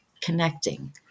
connecting